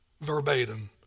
verbatim